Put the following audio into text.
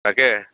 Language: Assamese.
তাকে